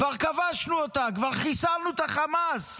כבר כבשנו אותה, כבר חיסלנו את חמאס.